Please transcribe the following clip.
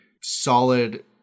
solid